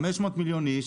500 מיליון איש,